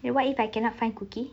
and what if I cannot find cookie